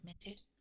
admitted